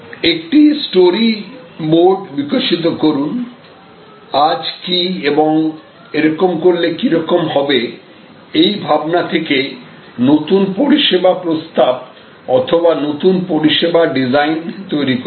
একটি story board বিকশিত করুন আজ কি এবং এরকম করলে কি রকম হবে এই ভাবনা থেকে নতুন পরিষেবা প্রস্তাব অথবা নতুন পরিষেবা ডিজাইন তৈরি করুন